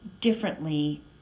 differently